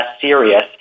serious